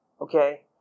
Okay